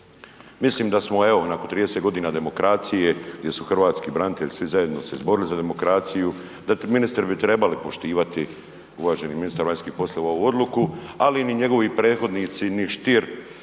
Mislim da smo evo nakon 30 godina demokracije, gdje su hrvatski branitelji svi zajedno se izborili za demokraciju, da ministri bi trebali poštivali, uvaženi ministar vanjskih poslova ovu odluku, ali ni njegovi prethodnici, ni Stier,